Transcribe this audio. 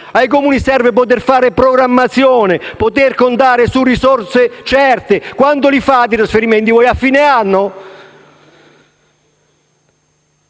Ai Comuni serve poter fare programmazione, poter contare su risorse certe. Quando li fate voi i trasferimenti? A fine anno?